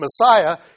Messiah